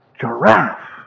giraffe